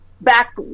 back